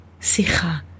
sicha